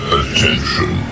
attention